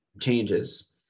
changes